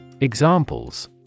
Examples